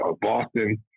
Boston